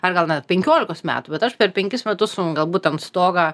ar gal net penkiolikos metų bet aš per penkis metus nu galbūt ten stogą